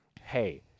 hey